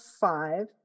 five